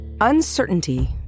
Uncertainty